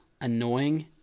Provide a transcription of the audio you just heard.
annoying